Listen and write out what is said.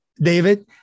David